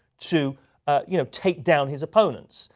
to you know take down his opponents.